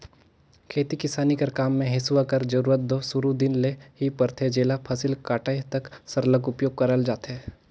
खेती किसानी कर काम मे हेसुवा कर जरूरत दो सुरू दिन ले ही परथे जेला फसिल कटाए तक सरलग उपियोग करल जाथे